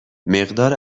مقدار